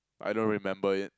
I don't remember it